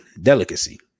delicacy